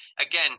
again